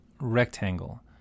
rectangle